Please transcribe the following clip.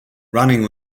running